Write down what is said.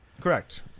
correct